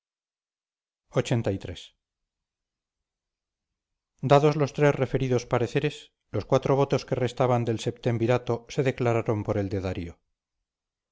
nosotros lxxxiii dados los tres referidos pareceres los cuatro votos que restaban del septemvirato se declararon por el de darío